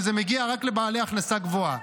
שזה מגיע רק לבעלי הכנסה גבוהה.